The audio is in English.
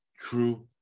true